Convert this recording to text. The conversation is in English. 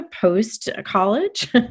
post-college